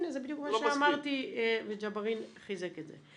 זה בדיוק מה שאמרתי וג'בארין חיזק את זה.